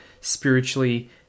spiritually